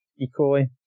equally